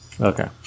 Okay